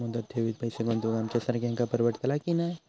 मुदत ठेवीत पैसे गुंतवक आमच्यासारख्यांका परवडतला की नाय?